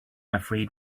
afraid